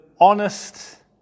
honest